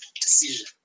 decision